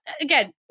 again